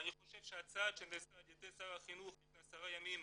ואני חושב שהצעד שנעשה על ידי שר החינוך לפני עשרה ימים,